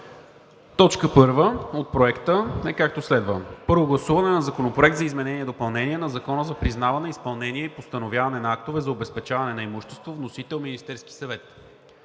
за периода 11 – 13 май 2022 г.: „1. Първо гласуване на Законопроекта за изменение и допълнение на Закона за признаване, изпълнение и постановяване на актове за обезпечаване на имущество. Вносител – Министерският съвет.